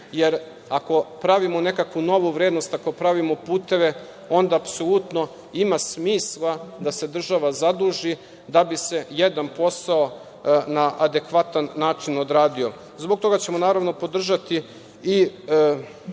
Jer, ako pravimo nekakvu novu vrednosti, ako pravimo puteve onda apsolutno ima smisla da se država zaduži da bi se 1% na adekvatan način odradio. Zbog toga ćemo naravno podržati i